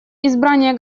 избрание